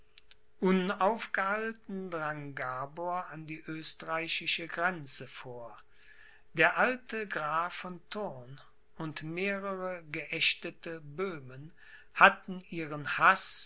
unaufgehalten drang gabor an die österreichische grenze vor der alte graf von thurn und mehrere geächtete böhmen hatten ihren haß